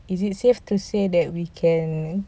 is it safe to say that we can